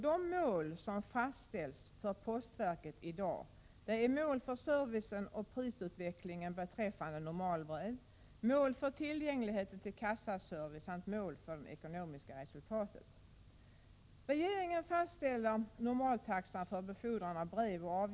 De mål som fastställs för postverket i dag är mål för servicen och prisutvecklingen beträffande normalbrev, mål för tillgängligheten till kassaservice samt mål för det ekonomiska resultatet.